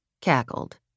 cackled